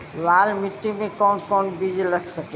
लाल मिट्टी में कौन कौन बीज लग सकेला?